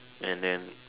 and then